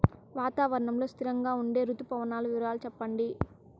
వాతావరణం లో స్థిరంగా ఉండే రుతు పవనాల వివరాలు చెప్పండి?